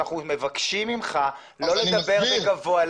אנחנו מבקשים ממך לא לדבר בגבוה,